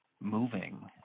moving